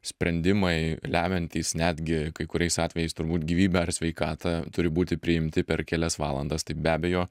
sprendimai lemiantys netgi kai kuriais atvejais turbūt gyvybę ar sveikatą turi būti priimti per kelias valandas tai be abejo